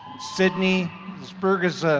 sidney zvirgzdins,